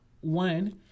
one